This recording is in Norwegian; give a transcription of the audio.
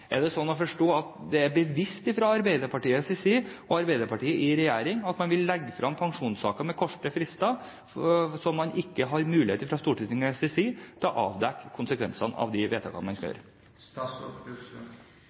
Er det sånn å forstå at det er bevisst fra Arbeiderpartiets side og Arbeiderpartiet i regjering å legge fram pensjonssaker med korte frister, slik at man ikke har mulighet fra Stortingets side til å avdekke konsekvensene av vedtakene man